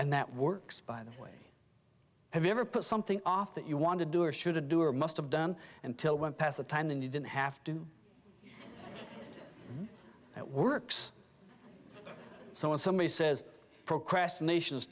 and that works by the way have you ever put something off that you want to do or shouldn't do or must have done until one passed a time when you didn't have to do it works so when somebody says procrastination is